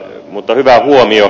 mutta hyvä huomio